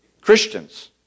Christians